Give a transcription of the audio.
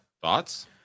thoughts